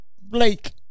Blake